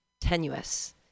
tenuous